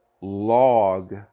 log